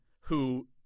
who-